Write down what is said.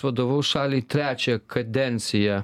vadovaus šaliai trečią kadenciją